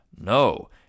No